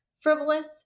frivolous